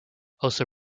also